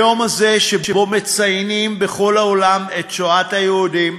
ביום הזה, שבו מציינים בכל העולם את שואת היהודים,